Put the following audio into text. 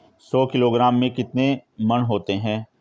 सौ किलोग्राम में कितने मण होते हैं?